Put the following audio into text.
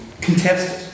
contested